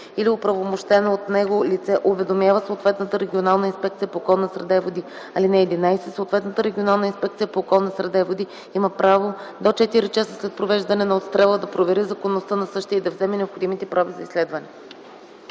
или оправомощено от него лице уведомява съответната регионална инспекция по околната среда и води. (11) Съответната регионална инспекция по околна среда и води има право до четири часа след провеждане на отстрела да провери законността на същия и да вземе необходимите проби за изследване.”